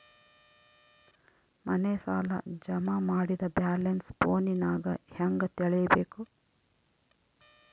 ಮನೆ ಸಾಲ ಜಮಾ ಮಾಡಿದ ಬ್ಯಾಲೆನ್ಸ್ ಫೋನಿನಾಗ ಹೆಂಗ ತಿಳೇಬೇಕು?